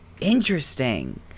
interesting